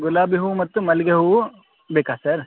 ಗುಲಾಬಿ ಹೂ ಮತ್ತು ಮಲ್ಲಿಗೆ ಹೂವು ಬೇಕಾ ಸರ್